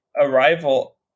arrival